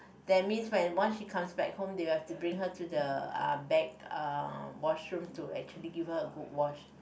that means when once she comes back home they will have to bring her to uh back uh washroom to actually give her a good wash